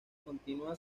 continúa